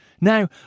Now